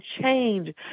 change